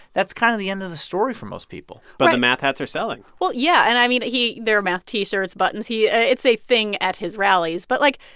that's kind of the end of the story for most people but the math hats are selling well, yeah. and, i mean, he there are math t-shirts, buttons. he ah it's a thing at his rallies. but, like,